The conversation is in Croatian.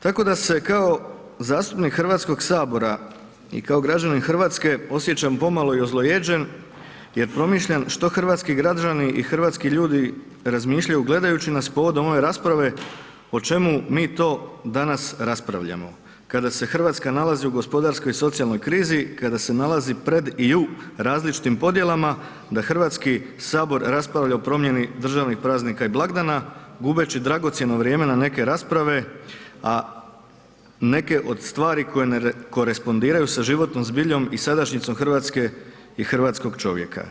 Tako da se kao zastupnik Hrvatskog sabora i kao građanin Hrvatske osjećam pomalo i ozlojeđen jer promišljam što hrvatski građani i hrvatski ljudi razmišljaju gledajući nas povodom ove rasprave o čemu mi to danas raspravljamo kada se Hrvatska nalazi u gospodarskoj i socijalnoj krizi, kada se nalazi pred i u različitim podjelama da Hrvatski sabor raspravlja o promjeni državnih praznika i blagdana gubeći dragocjeno vrijeme na neke rasprave, a neke od stvari koje ne korespondiraju sa životnom zbiljom i sadašnjicom Hrvatske i hrvatskog čovjeka.